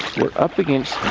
we're up against,